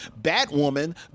Batwoman